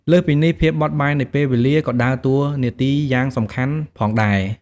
លើសពីនេះ ភាពបត់បែននៃពេលវេលា ក៏ដើរតួនាទីយ៉ាងសំខាន់ផងដែរ។